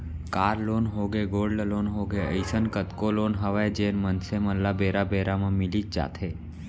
car loan होगे, gold loan होगे, अइसन कतको लोन हवय जेन मनसे मन ल बेरा बेरा म मिलीच जाथे